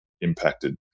impacted